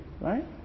right